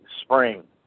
spring